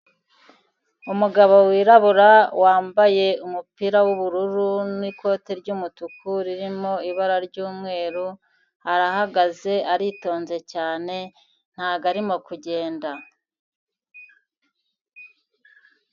Umugabo wirabura wambaye umupira w'ubururu n'ikoti ry'umutuku ririmo ibara ry'umweru, arahagaze, aritonze cyane ntabwo arimo kugenda.